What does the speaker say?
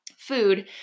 Food